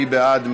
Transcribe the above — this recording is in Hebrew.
מי בעד?